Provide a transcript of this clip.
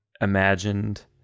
imagined